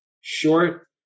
Short